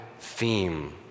theme